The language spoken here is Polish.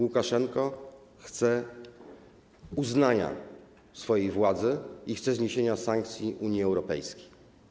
Łukaszenka chce uznania swojej władzy i chce zniesienia sankcji Unii Europejskiej.